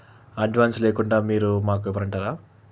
advance లేకుండా మీరు మాకు ఇవ్వరంటారా